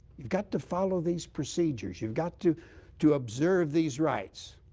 you've got to follow these procedures. you've got to to observe these rights.